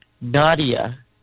Nadia